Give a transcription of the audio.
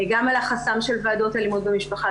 גם על החסם של ועדות אלימות במשפחה,